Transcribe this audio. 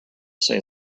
say